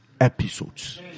episodes